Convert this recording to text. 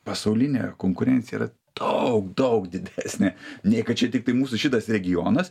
pasaulinė konkurencija yra daug daug didesnė nei kad čia tiktai mūsų šitas regionas